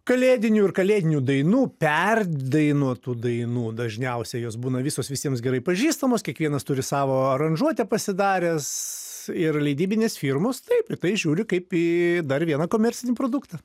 kalėdinių ir kalėdinių dainų perdainuotų dainų dažniausia jos būna visos visiems gerai pažįstamos kiekvienas turi savo aranžuotę pasidaręs ir leidybinės firmos taip ir tai žiūri kaip į dar vieną komercinį produktą